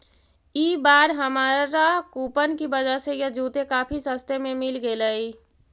ई बार हमारा कूपन की वजह से यह जूते काफी सस्ते में मिल गेलइ